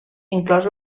inclòs